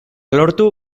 lortu